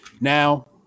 Now